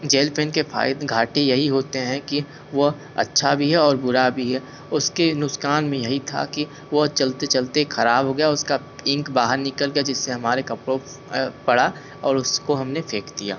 jail pen के घाटे यही होते हैं कि वह अच्छा भी है और बुरा भी है उसके नुकसान भी यही था कि वह चलते चलते खराब हो गया उसका इंक बाहर निकल गया जिससे हमारे कपड़ों पड़ा और उसको हमने फ़ेक दिया